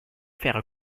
faire